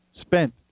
Spent